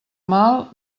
mal